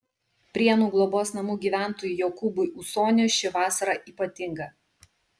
prienų globos namų gyventojui jokūbui ūsoniui ši vasara ypatinga